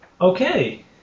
Okay